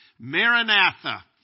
Maranatha